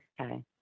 okay